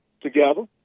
together